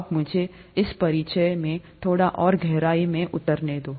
अब मुझे इस परिचय में थोड़ा और गहराई में उतरने दो